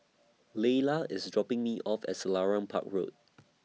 Laylah IS dropping Me off At Selarang Park Road